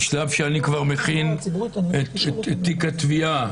בשלב שאני כבר מכין את תיק התביעה.